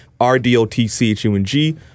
R-D-O-T-C-H-U-N-G